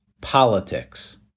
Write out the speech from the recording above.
politics